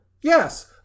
Yes